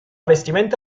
vestimenta